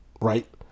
right